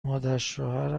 مادرشوهر